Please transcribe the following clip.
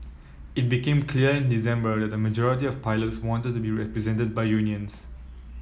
it became clear in December that a majority of pilots wanted to be represented by unions